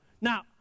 Now